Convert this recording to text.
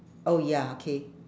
oh ya okay